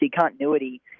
continuity